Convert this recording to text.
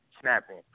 snapping